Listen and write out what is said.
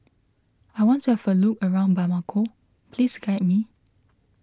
I want to have a look around Bamako please guide me